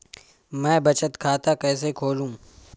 मैं बचत खाता कैसे खोलूँ?